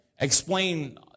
explain